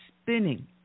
spinning